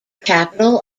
capital